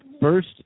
first